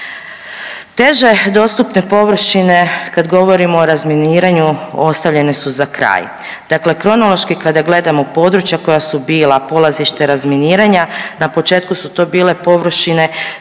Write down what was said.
Teže dostupne površine, kad govorimo o razminiraju ostavljene su za kraj. Dakle kronološki kada gledamo područja koja su bila polazište razminiranja, na početku su to bile površine